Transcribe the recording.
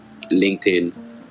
LinkedIn